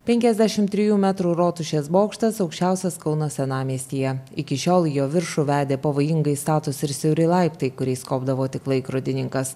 penkiasdešimt trijų metrų rotušės bokštas aukščiausias kauno senamiestyje iki šiol į jo viršų vedė pavojingai statūs ir siauri laiptai kuriais kopdavo tik laikrodininkas